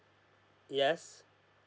yes